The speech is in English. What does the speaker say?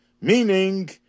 meaning